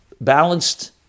balanced